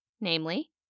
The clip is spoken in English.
namely